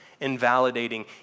invalidating